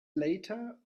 later